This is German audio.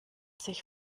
sich